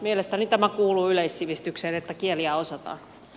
mielestäni kuuluu yleissivistykseen että kieliä osataan